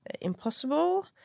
impossible